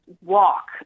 walk